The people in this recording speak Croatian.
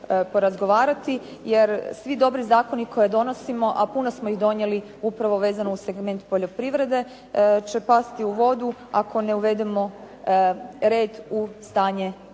jer svi dobri zakoni koje donosimo, a puno smo ih donijeli upravo vezano uz segment poljoprivrede će pasti u vodu ako ne uvedemo u red stanje na terenu.